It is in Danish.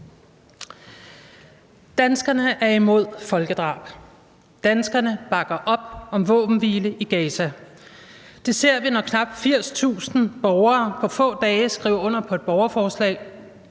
Danskerne er imod folkedrab. Danskerne bakker op om våbenhvile i Gaza. Det ser vi, når knap 80.000 borgere på få dage skriver under på et borgerforslag